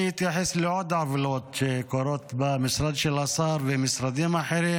אני אתייחס לעוד עוולות שקורים במשרד של השר ומשרדים אחרים,